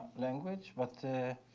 language, but